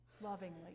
lovingly